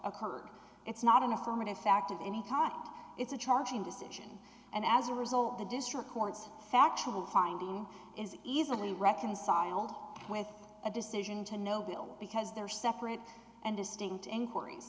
occurred it's not an affirmative act of any kind it's a charging decision and as a result the district court's factual finding is easily reconciled with a decision to no bill because there are separate and distinct inquiries